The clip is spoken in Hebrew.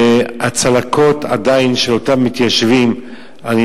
והצלקות של אותם מתיישבים עדיין,